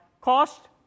Cost